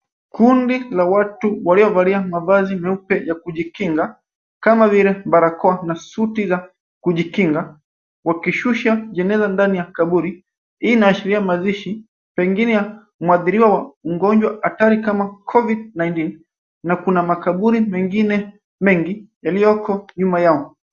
Kundi la watu waliovalia mavazi meupe ya kujikinga, kama vile barakoa na suti ya kujikinga, wakishusha jeneza ndani ya kaburi. Hii inaashiria mazishi, pengine ya mwadhiriwa wa ugonjwa hatari kama Covid-19 na kuna makaburi mengine mengi yaliyoko nyuma yao.